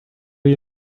you